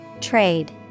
Trade